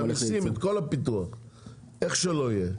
מעמיסים את כל הפיתוח איך שלא יהיה,